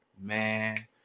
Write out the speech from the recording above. Man